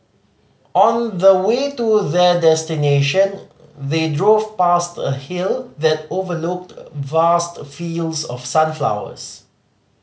on the way to their destination they drove past a hill that overlooked vast fields of sunflowers